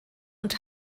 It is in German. und